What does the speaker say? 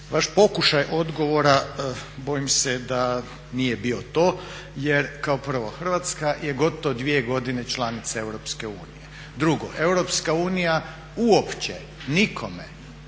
vaš pokušaj odgovora bojim se da nije bio to. Jer kao prvo Hrvatska je gotovo dvije godine članica EU. Drugo, Europska unija uopće nikome